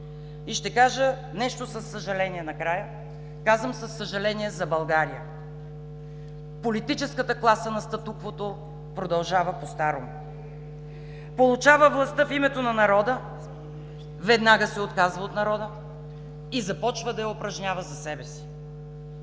И ще кажа нещо със съжаление накрая. Казвам „със съжаление за България“ – политическата класа на статуквото продължава постарому. (Шум и реплики от ГЕРБ.) Получава властта в името на народа, веднага се отказва от народа и започва да я упражнява за себе си.